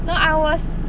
no I was